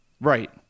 right